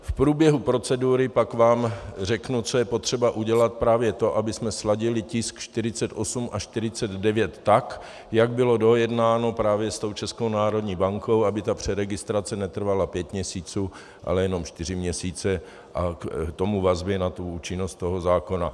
V průběhu procedury pak vám řeknu, co je potřeba udělat právě pro to, abychom sladili tisk 48 a 49 tak, jak bylo dojednáno právě s Českou národní bankou, aby ta přeregistrace netrvala pět měsíců, ale jenom čtyři měsíce, a k tomu vazbě na účinnost toho zákona.